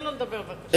תן לו לדבר, בבקשה.